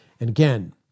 again